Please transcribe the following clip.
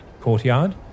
courtyard